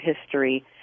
history